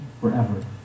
forever